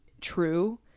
true